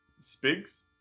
Spigs